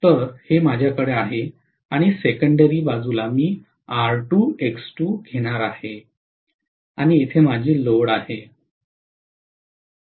तर हे माझ्याकडे आहे आणि सेकंडेरी बाजूला मी R2 X2 घेणार आहे आणि येथे माझे लोड आहे